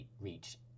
reach